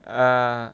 ah